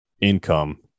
income